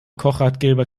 kochratgeber